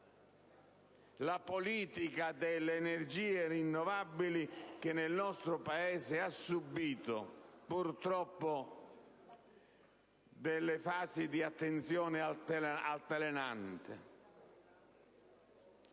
la politica delle energie rinnovabili, che nel nostro Paese ha subito, purtroppo, fasi di attenzione altalenanti.